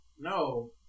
No